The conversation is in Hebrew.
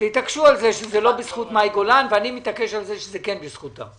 תתעקשו על זה שזה לא בזכות מאי גולן ואני מתעקש על זה שזה כן בזכותה.